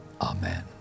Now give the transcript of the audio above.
Amen